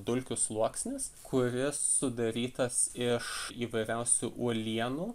dulkių sluoksnis kuris sudarytas iš įvairiausių uolienų